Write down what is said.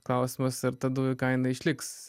klausimas ar ta dujų kaina išliks